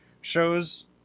shows